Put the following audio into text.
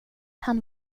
han